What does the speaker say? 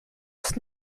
ist